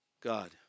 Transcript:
God